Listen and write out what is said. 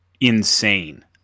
insane